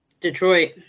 Detroit